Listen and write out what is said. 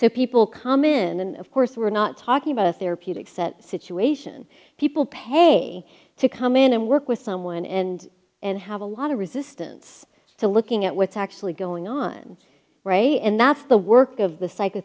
so people come in and of course we're not talking about a therapeutic set situation people pay to come in and work with someone and and have a lot of resistance to looking at what's actually going on and that's the work of the